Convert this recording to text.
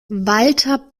walter